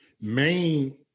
Main